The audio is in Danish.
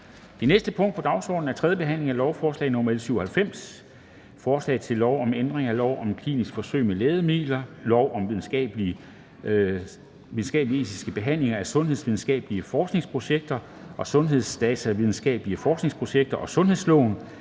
Det næste punkt på dagsordenen er: 5) 3. behandling af lovforslag nr. L 97: Forslag til lov om ændring af lov om kliniske forsøg med lægemidler, lov om videnskabsetisk behandling af sundhedsvidenskabelige forskningsprojekter og sundhedsdatavidenskabelige forskningsprojekter og sundhedsloven.